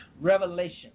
revelation